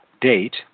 date